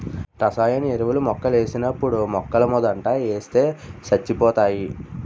రసాయన ఎరువులు మొక్కలకేసినప్పుడు మొక్కలమోదంట ఏస్తే సచ్చిపోతాయి